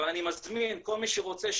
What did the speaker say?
אבל אני מזמין כל מי שרוצה,